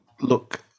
look